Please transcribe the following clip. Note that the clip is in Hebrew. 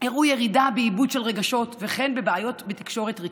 הראו ירידה בעיבוד של רגשות וכן בעיות בתקשורת רגשית.